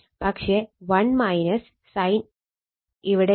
പക്ഷെ 1 sin ഇവിടെയുണ്ട്